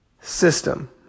system